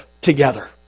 together